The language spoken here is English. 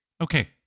Okay